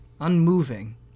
Unmoving